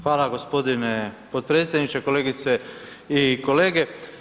Hvala g. potpredsjedniče, kolegice i kolege.